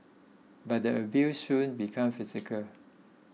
but the abuse soon became physical